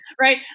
right